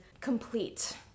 complete